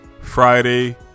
Friday